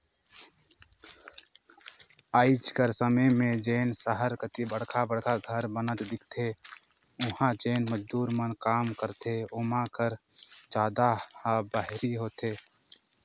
आएज कर समे में जेन सहर कती बड़खा बड़खा घर बनत दिखथें उहां जेन मजदूर मन काम करथे ओमा कर जादा ह बाहिरी होथे